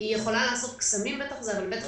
היא יכולה לעשות קסמים בתוך זה אבל בטוח